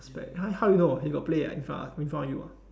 how how you know he got play in front of you